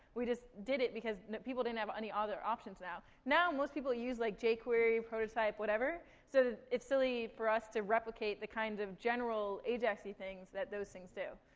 we just did it because people didn't have any other options. now, most people use, like jquery, prototype, whatever. so it's silly for us to replicate the kind of general ajax-y things that those things do.